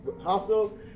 Hustle